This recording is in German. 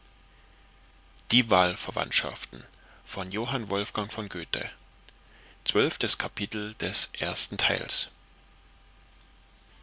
als